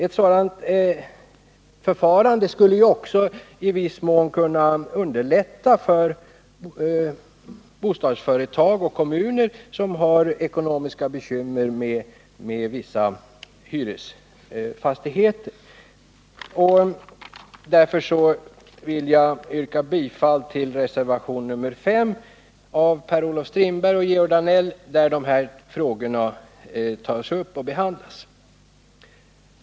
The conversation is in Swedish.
Ett sådant förfarande skulle också i viss mån kunna underlätta för bostadsföretag och kommuner som har ekonomiska bekymmer med vissa hyresfastigheter. Därför vill jag yrka bifall till reservation nr 5 av Per-Olof Strindberg och Georg Danell, där denna fråga behandlas.